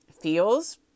feels